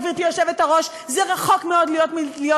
גברתי היושבת-ראש זה רחוק מאוד מלהיות